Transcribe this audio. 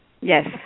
Yes